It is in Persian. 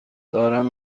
دارم